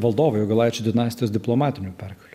valdovų jogailaičių dinastijos diplomatinių pergalių